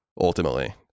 ultimately